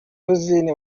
rosine